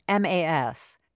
MAS